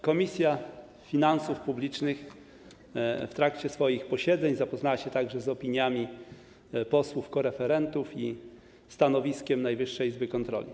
Komisja Finansów Publicznych w trakcie swoich posiedzeń zapoznała się także z opiniami posłów koreferentów i ze stanowiskiem Najwyższej Izby Kontroli.